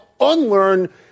unlearn